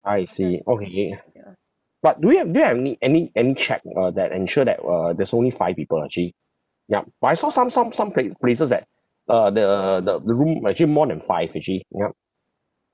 I see okay but do we have do you have ny~ any any check uh that ensure that uh there's only five people ah actually ya but I saw some some some pla~ places that uh the the the room actually more than five actually ya